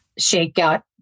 shakeout